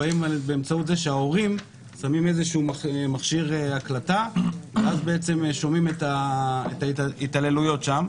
באמצעות זה שההורים שמים איזשהו מכשיר הקלטה שמקליט את ההתעללויות האלה.